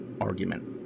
argument